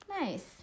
nice